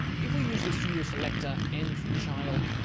if we use the pseudo-selector nth child,